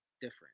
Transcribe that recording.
Different